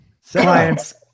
Science